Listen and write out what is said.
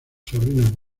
sobrinos